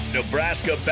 Nebraska